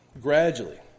Gradually